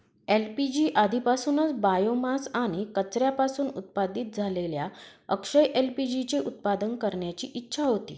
LPG आधीपासूनच biomass आणि कचऱ्यापासून उत्पादित झालेल्या अक्षय एल.पी.जी चे उत्पादन करण्याची इच्छा होती